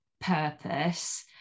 purpose